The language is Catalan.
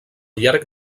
llarg